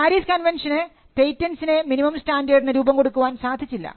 Paris കൺവെൻഷന് പേറ്റന്റ്സിന് minimum സ്റ്റാൻഡേർഡിന് രൂപം കൊടുക്കുവാൻ സാധിച്ചില്ല